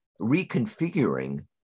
reconfiguring